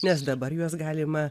nes dabar juos galima